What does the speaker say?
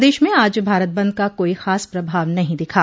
प्रदेश में आज भारत बंद का कोई खास प्रभाव नहीं दिखा